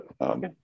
Okay